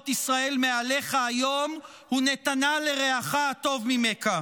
ישראל מעליך היום ונתנה לרעך הטוב ממך".